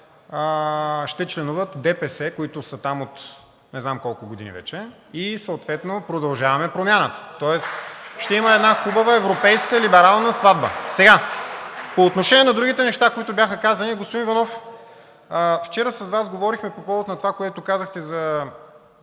ще членуват ДПС, които са там от не знам колко години вече, и съответно „Продължаваме Промяната“. (Ръкопляскания от ВЪЗРАЖДАНЕ.) Тоест ще има една хубава европейска либерална сватба. По отношение на другите неща, които бяха казани. Господин Иванов, вчера с Вас говорихме по повод на това, което сте